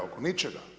Oko ničega.